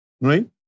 Right